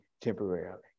temporarily